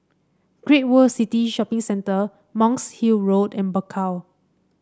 Great World City Shopping Centre Monk's Hill Road and Bakau